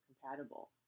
compatible